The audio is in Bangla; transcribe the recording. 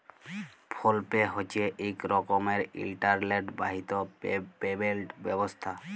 ফোল পে হছে ইক রকমের ইলটারলেট বাহিত পেমেলট ব্যবস্থা